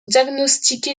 diagnostiquer